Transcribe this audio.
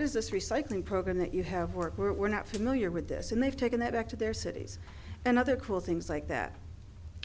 does this recycling program that you have worked were not familiar with this and they've taken that back to their cities and other cool things like that